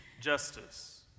justice